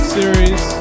series